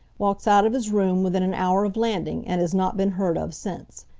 walks out of his room within an hour of landing and has not been heard of since.